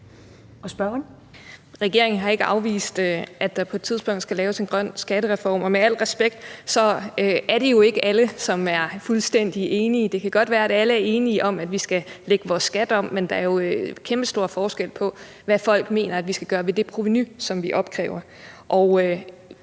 Regeringen har ikke afvist, at der på et tidspunkt skal laves en grøn skattereform, og med al respekt er det jo ikke alle, som er fuldstændig enige. Det kan godt være, at alle er enige om, at vi skal lægge vores skat om, men der er jo kæmpestor forskel på, hvad folk mener vi skal gøre med det provenu, som vi opkræver.